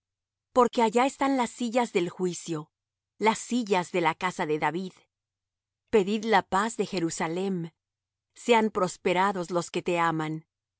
porque allá están las sillas del juicio las sillas de la casa de david pedid la paz de jerusalem sean prosperados los que te aman